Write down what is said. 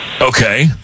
Okay